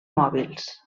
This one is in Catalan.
mòbils